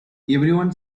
everyone